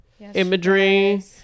imagery